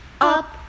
Up